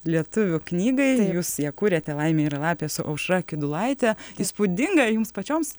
lietuvių knygai jūs ją kuriate laimė yra lapė su aušra kiudulaitė įspūdinga jums pačioms